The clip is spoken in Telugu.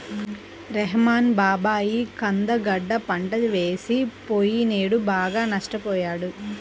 రెహ్మాన్ బాబాయి కంద గడ్డ పంట వేసి పొయ్యినేడు బాగా నష్టపొయ్యాడు